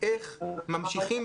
איך ממשיכים